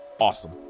awesome